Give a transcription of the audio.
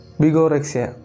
bigorexia